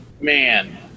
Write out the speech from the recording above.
man